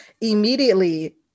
immediately